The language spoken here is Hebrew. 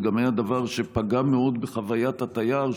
זה גם היה דבר שפגע מאוד בחוויית התייר,